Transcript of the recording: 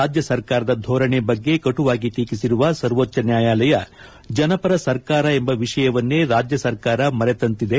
ರಾಜ್ವ ಸರ್ಕಾರದ ಧೋರಣೆ ಬಗ್ಗೆ ಕಟುವಾಗಿ ಟೀಕಿಸಿರುವ ಸರ್ವೋಚ್ವ ನ್ವಾಯಾಲಯ ಜನಪರ ಸರ್ಕಾರ ಎಂಬ ವಿಷಯವನ್ನೇ ರಾಜ್ಯ ಸರ್ಕಾರ ಮರೆತಂತಿದೆ